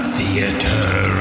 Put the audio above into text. Theater